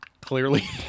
Clearly